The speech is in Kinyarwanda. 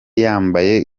yambaye